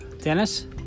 dennis